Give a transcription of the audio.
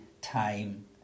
time